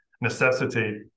necessitate